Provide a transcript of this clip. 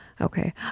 Okay